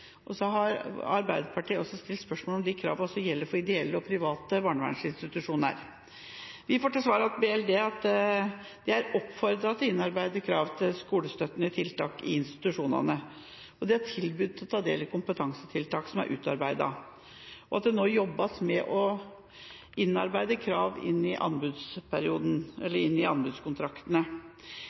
skoleansvarlig. Så har Arbeiderpartiet stilt spørsmål om de kravene også skal gjelde for ideelle og private barnevernsinstitusjoner. Vi får til svar fra BLD at man oppfordrer til å innarbeide krav til skolestøttende tiltak i institusjonene, at det er tilbud om å ta del i kompetansetiltak som er utarbeidet, og at det nå jobbes med å innarbeide slike krav i anbudskontraktene.